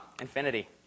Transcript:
infinity